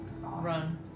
Run